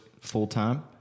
full-time